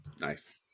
nice